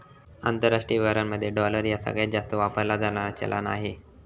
आंतरराष्ट्रीय व्यवहारांमध्ये डॉलर ह्या सगळ्यांत जास्त वापरला जाणारा चलान आहे